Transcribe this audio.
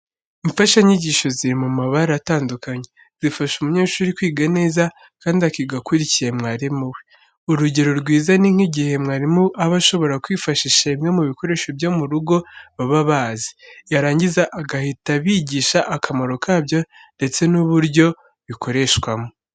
Imfashanyigisho ziri mu mabara atandukanye, zifasha umunyeshuri kwiga neza kandi akiga akurikiye mwarimu we. Urugero rwiza ni nk'igihe mwarimu aba ashobora kwifashisha bimwe mu bikoresho byo mu rugo baba bazi, yarangiza agahita abigisha akamaro kabyo ndetse n'uburyo bikoreshwamo.